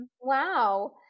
Wow